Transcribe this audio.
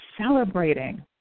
celebrating